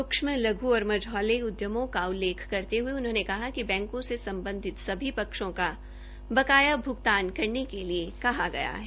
सूक्षम लघ् और मझौले उदयमों का उल्लेख करते हये उन्होंने कहा कि बैंको से सम्बधित पक्षों का बकाया भुगतान करने के लिए कहा गया है